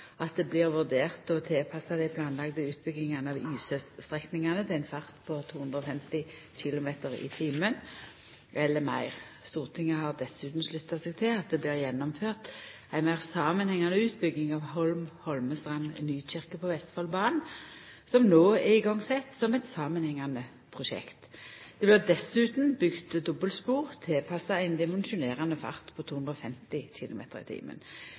at det blir vurdert å tilpassa dei planlagde utbyggingane av IC-strekningane til ein fart på 250 kilometer i timen eller meir. Stortinget har dessutan slutta seg til at det blir gjennomført ei meir samanhengande utbygging av Holm–Holmestrand–Nykirke på Vestfoldbanen, som no er igangsett som eit samanhengande prosjekt. Det blir dessutan bygd dobbeltspor tilpassa ein dimensjonerande fart på 250